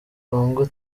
congo